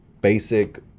basic